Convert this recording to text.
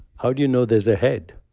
how do you know there's a head?